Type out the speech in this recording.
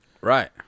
Right